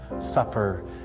Supper